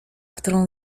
którą